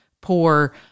poor